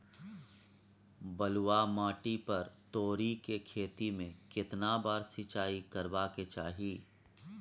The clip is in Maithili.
बलुआ माटी पर तोरी के खेती में केतना बार सिंचाई करबा के चाही?